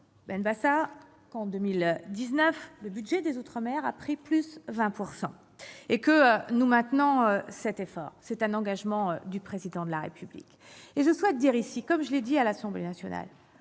rappelle qu'en 2019 le budget des outre-mer a augmenté de 20 %; nous maintenons cet effort. C'est un engagement du Président de la République. Je tiens à dire ici, comme je l'ai dit à l'Assemblée nationale